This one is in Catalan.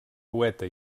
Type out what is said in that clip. poeta